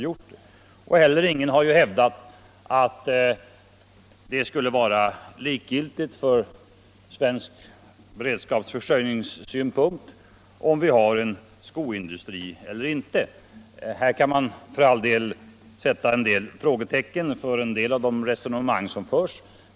Och ingen har hävdat att det skulle vara likgiltigt från svensk beredskapsförsörjningssynpunkt om vi har en skoindustri eller inte. Man kan för all del sätta frågetecken för en del resonemang.